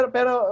Pero